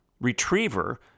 retriever